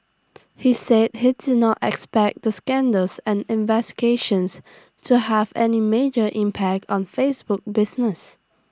he said he did not expect the scandals and investigations to have any major impact on Facebook business